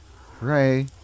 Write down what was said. Hooray